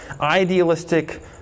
idealistic